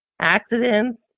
accidents